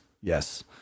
Yes